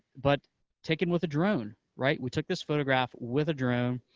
but taken with a drone, right? we took this photograph with a drone,